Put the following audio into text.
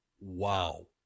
Wow